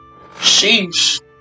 sheesh